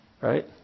right